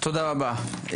תודה רבה.